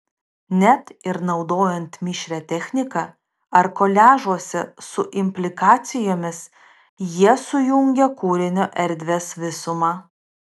net ir naudojant mišrią techniką ar koliažuose su implikacijomis jie sujungia kūrinio erdvės visumą